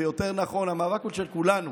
ויותר נכון, המאבק הוא של כולנו.